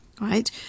right